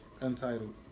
Untitled